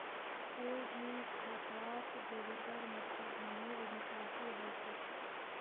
कोई भी खातात डेबिटेर मतलब धनेर निकासी हल छेक